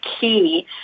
key